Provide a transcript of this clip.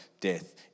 death